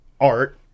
art